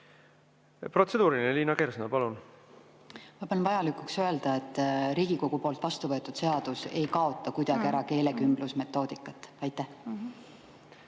Protseduuriline, Liina Kersna, palun! Ma pean vajalikuks öelda, et Riigikogu poolt vastuvõetud seadus ei kaota kuidagi ära keelekümblusmetoodikat. See